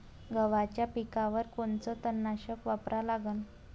गव्हाच्या पिकावर कोनचं तननाशक वापरा लागन?